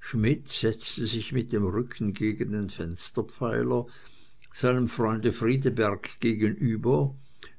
schmidt setzte sich mit dem rücken gegen den fensterpfeiler seinem freunde friedeberg gegenüber